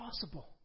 possible